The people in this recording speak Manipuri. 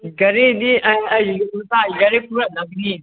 ꯒꯥꯔꯤꯗꯤ ꯑꯥ ꯑꯩꯒꯤꯁꯨ ꯏꯁꯥꯒꯤ ꯒꯥꯔꯤ ꯄꯨꯔꯛꯇꯕꯅꯤ